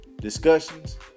discussions